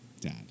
Dad